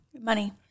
Money